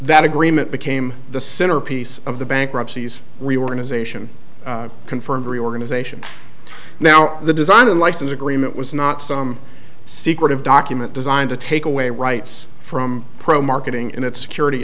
that agreement became the centerpiece of the bankruptcy's reorganization confirmed reorganization now the design and license agreement was not some secretive document designed to take away rights from pro marketing and its security